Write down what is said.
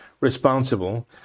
responsible